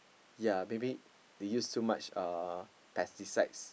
yea maybe they use too much uh pesticides